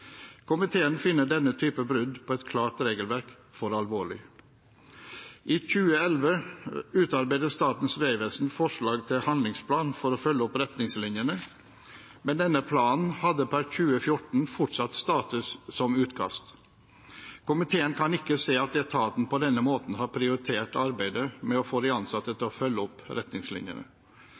Komiteen finner denne type brudd på et klart regelverk alvorlig. I 2011 utarbeidet Statens vegvesen forslag til handlingsplan for å følge opp retningslinjene, men denne planen hadde per 2014 fortsatt status som utkast. Komiteen kan ikke se at etaten på denne måten har prioritert arbeidet med å få de ansatte til å følge opp retningslinjene.